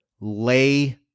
Lay